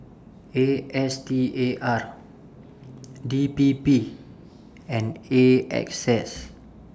A S T A R D P P and A X S